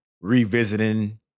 revisiting